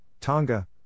Tonga